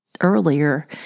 earlier